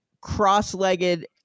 cross-legged